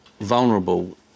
vulnerable